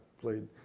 played